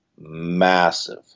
massive